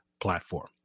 platform